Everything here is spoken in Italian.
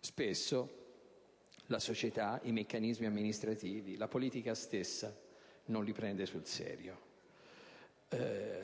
spesso la società, i meccanismi amministrativi, la politica stessa non li prende sul serio.